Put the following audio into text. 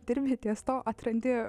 dirbi ties tuo atrandi